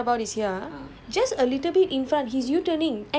he U-turn in the middle of the road lah